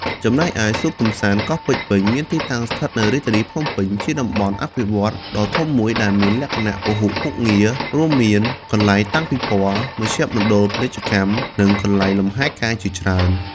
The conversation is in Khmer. ចំណែកឯ សួនកម្សាន្តកោះពេជ្រវិញ មានទីតាំងស្ថិតនៅរាជធានីភ្នំពេញ គឺជាតំបន់អភិវឌ្ឍន៍ដ៏ធំមួយដែលមានលក្ខណៈពហុមុខងារ រួមមានកន្លែងតាំងពិព័រណ៍ មជ្ឈមណ្ឌលពាណិជ្ជកម្ម និងកន្លែងលំហែកាយជាច្រើន។